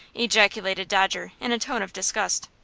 ejaculated dodger, in a tone of disgust.